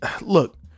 look